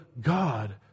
God